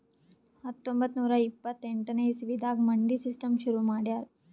ಹತ್ತೊಂಬತ್ತ್ ನೂರಾ ಇಪ್ಪತ್ತೆಂಟನೇ ಇಸವಿದಾಗ್ ಮಂಡಿ ಸಿಸ್ಟಮ್ ಶುರು ಮಾಡ್ಯಾರ್